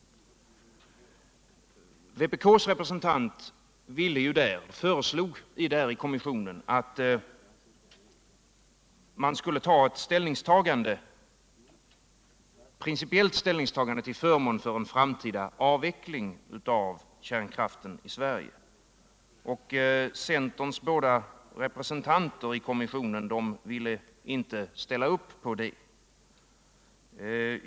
Vpk:s representant föreslog i kommissionen att man skulle göra ett principiellt ställningstagande till förmån för en framtida avveckling av kärnkraften i Sverige, men centerns båda representanter ville inte ställa upp på det.